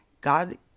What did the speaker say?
God